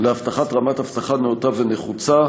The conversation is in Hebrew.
להבטחת רמת אבטחה נאותה ונחוצה,